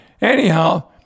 anyhow